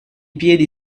piedi